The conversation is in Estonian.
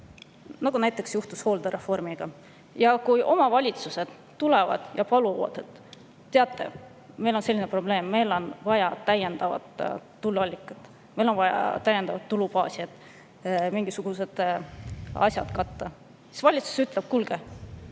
Nii näiteks juhtus hooldereformiga. Ja kui omavalitsused tulevad ja paluvad, et teate, meil on selline probleem, meil on vaja täiendavat tuluallikat, meil on vaja täiendavat tulubaasi, et mingisugused asjad katta, siis valitsus ütleb: "Kuulge,